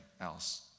else